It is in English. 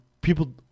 people